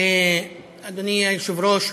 אדוני היושב-ראש,